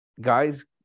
guys